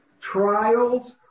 Trials